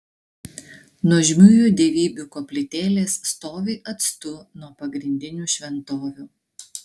nuožmiųjų dievybių koplytėlės stovi atstu nuo pagrindinių šventovių